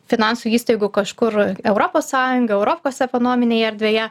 finansų įstaigų kažkur europos sąjungoj europos ekonominėje erdvėje